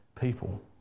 people